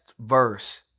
verse